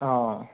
অ'